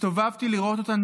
הסתובבתי לראות אותן",